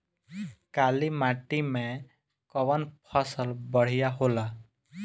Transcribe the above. काली माटी मै कवन फसल बढ़िया होला?